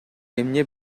эмне